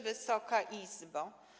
Wysoka Izbo!